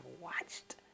watched